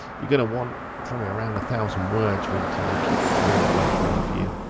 you're gonna want probably around a thousand words, really to make it really work well for you.